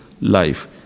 life